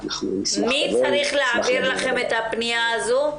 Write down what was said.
מי צריך להעביר לכם את הפניה הזו?